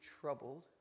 troubled